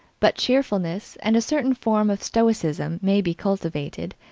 but cheerfulness and a certain form of stoicism may be cultivated,